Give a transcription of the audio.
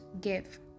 give